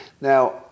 Now